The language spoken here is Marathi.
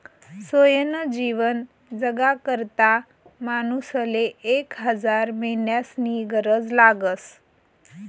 सोयनं जीवन जगाकरता मानूसले एक हजार मेंढ्यास्नी गरज लागस